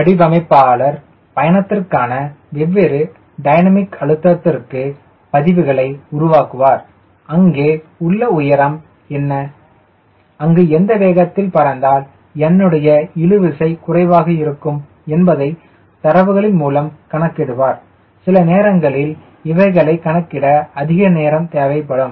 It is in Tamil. வடிவமைப்பாளர் பயணத்திற்கான வெவ்வேறு டைனமிக் அழுத்தத்திற்கு பதிவுகளை உருவாக்குவார் அங்கே உள்ள உயரம் என்ன அங்கு எந்த வேகத்தில் பறந்தால் என்னுடைய இழுவிசை குறைவாக இருக்கும் என்பதை தரவுகளின் மூலம் கணக்கிடுவார் சில நேரங்களில் இவைகளை கணக்கிட அதிக நேரம் தேவைப்படும்